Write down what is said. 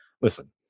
listen